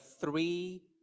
three